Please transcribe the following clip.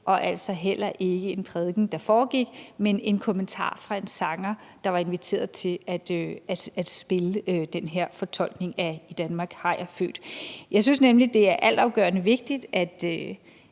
og altså heller ikke en prædiken, der foregik, men en kommentar fra en sanger, der var inviteret til at spille den her fortolkning af »I Danmark er jeg født«. Jeg synes nemlig, det er altafgørende vigtigt, at